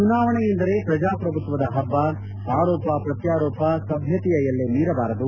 ಚುನಾವಣೆ ಎಂದರೆ ಪ್ರಜಾಪ್ರಭುತ್ವದ ಹಬ್ಬ ಆರೋಪ ಪ್ರತ್ವಾರೋಪ ಸಭ್ವತೆಯ ಎಲ್ಲೆ ಮೀರಬಾರದು